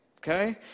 okay